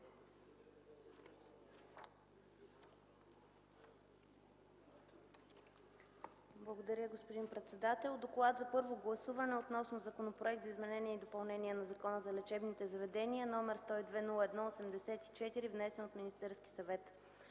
Благодаря, господин председател, „ДОКЛАД за първо гласуване относно Законопроект за изменение и допълнение на Закона за лечебните заведения, № 102-01-84, внесен от Министерския съвет